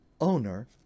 owner